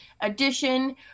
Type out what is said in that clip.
edition